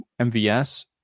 MVS